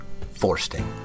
Forsting